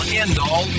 end-all